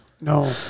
No